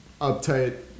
uptight